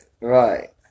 Right